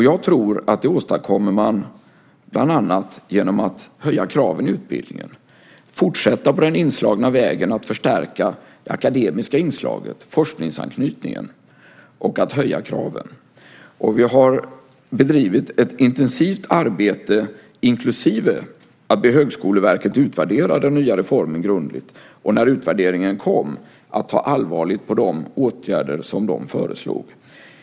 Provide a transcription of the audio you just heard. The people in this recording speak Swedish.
Jag tror att man åstadkommer det bland annat genom att höja kraven i utbildningen, att fortsätta på den inslagna vägen och förstärka det akademiska inslaget, forskningsanknytningen, och att höja kraven. Vi har bedrivit ett intensivt arbete - inklusive att be Högskoleverket grundligt utvärdera den nya reformen och att när utvärderingen kom ta allvarligt på de åtgärder som föreslagits.